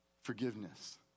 forgiveness